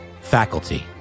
faculty